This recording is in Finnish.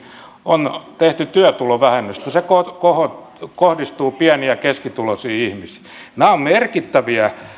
on tehty työtulovähennystä se kohdistuu pieni ja keskituloisiin ihmisiin nämä ovat merkittäviä